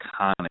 iconic